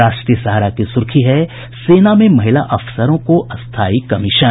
राष्ट्रीय सहारा की सुर्खी है सेना में महिला अफसरों को स्थायी कमीशन